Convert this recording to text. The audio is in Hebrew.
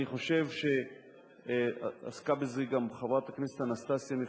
אני חושב שעסקה בזה גם חברת הכנסת אנסטסיה מיכאלי,